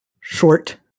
short